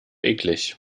eklig